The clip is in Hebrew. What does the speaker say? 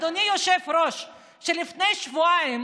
אדוני היושב-ראש, כשלפני שבועיים